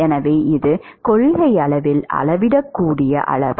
எனவே இது கொள்கையளவில் அளவிடக்கூடிய அளவு